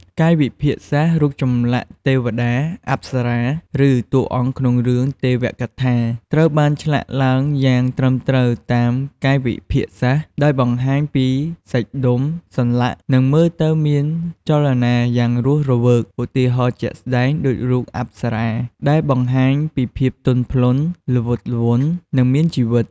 កាយវិភាគសាស្ត្រ រូបចម្លាក់ទេវតា អប្សរា ឬតួអង្គក្នុងរឿងទេវកថា ត្រូវបានឆ្លាក់ឡើងយ៉ាងត្រឹមត្រូវតាមកាយវិភាគសាស្ត្រ ដោយបង្ហាញពីសាច់ដុំ សន្លាក់ និងមើលទៅមានចលនាយ៉ាងរស់រវើក ឧទាហរណ៍ជាក់ស្ដែងគឺរូបអប្សរា ដែលបង្ហាញពីភាពទន់ភ្លន់ ល្វត់ល្វន់ និងមានជីវិត។